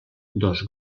dos